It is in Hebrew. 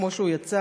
כמו שהוא יצא,